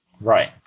Right